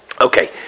Okay